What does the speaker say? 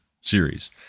series